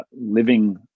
living